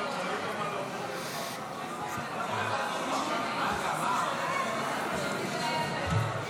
כי הצעת חוק הרשויות המקומיות (מימון בחירות) (תיקון מס' 19)